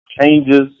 Changes